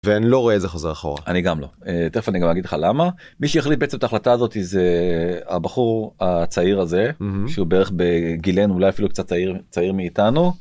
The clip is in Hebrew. ואני לא רואה איזה חוזר אחורה אני גם לא אני גם אגיד לך למה מי שיחליט את ההחלטה הזאתי זה הבחור הצעיר הזה שהוא בערך בגילנו אפילו קצת צעיר צעיר מאיתנו.